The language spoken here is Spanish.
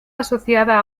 asociada